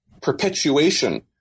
perpetuation